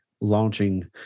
launching